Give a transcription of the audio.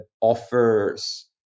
offers